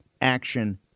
action